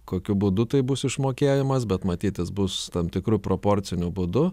kokiu būdu tai bus išmokėjimas bet matyt jis bus tam tikru proporciniu būdu